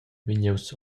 vegnius